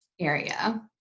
area